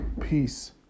peace